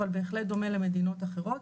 אבל בהחלט דומה למדינות אחרות.